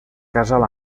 casal